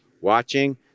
watching